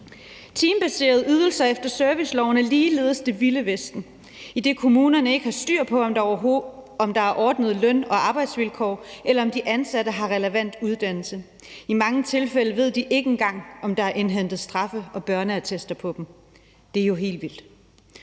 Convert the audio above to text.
Teambaserede ydelser efter serviceloven er ligeledes det vilde vesten, idet kommunerne ikke har styr på, om der er ordnede løn- og arbejdsvilkår, eller om de ansatte har en relevant uddannelse. I mange tilfælde ved de ikke engang, om der er indhentet straffe- og børneattester på dem. Det er jo helt vildt.